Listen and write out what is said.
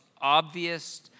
obvious